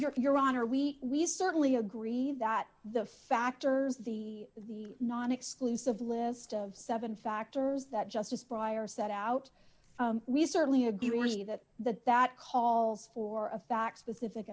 of your honor we we certainly agree that the factors the the non exclusive list of seven factors that justice prior set out we certainly agree that that that calls for a fact specific